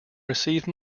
receive